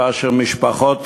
כאשר משפחות